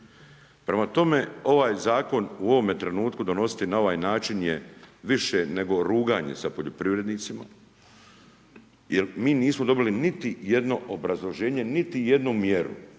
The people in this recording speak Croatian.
Prema tome, ovaj zakon u ovome trenutku donositi na ovaj način nije više nego nego ruganje sa poljoprivrednicima, jer mi nismo dobili niti jedno obrazloženje, niti jednu mjeru,